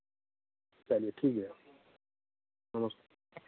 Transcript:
चलिए ठीक है नमस्ते